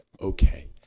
okay